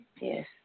Yes